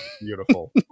Beautiful